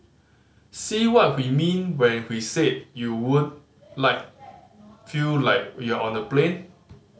see what we mean when we said you won't like feel like you're on the plane